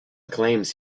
claims